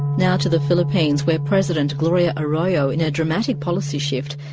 now to the philippines, where president gloria arroyo, in a dramatic policy shift,